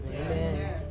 Amen